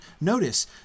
Notice